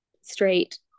straight